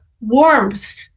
warmth